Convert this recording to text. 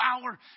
power